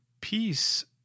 peace